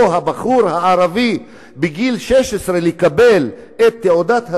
הבחור הערבי בגיל 16 לקבל את תעודת הזהות,